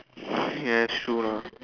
ya true lah